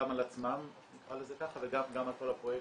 גם על עצמם, נקרא לזה ככה, וגם על כל הפרויקטים.